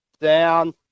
down